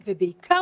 ובעיקר,